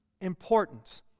importance